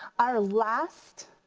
our last